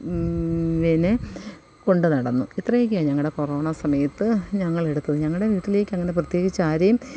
പിന്നെ കൊണ്ടുനടന്നു ഇത്രയക്കെയാണ് ഞങ്ങളുടെ കൊറോണ സമയത്ത് ഞങ്ങളെടുത്തത് ഞങ്ങളുടെ വീട്ടിലേക്കങ്ങനെ പ്രത്യേകിച്ചാരെയും